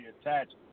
attached